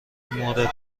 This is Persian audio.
مورد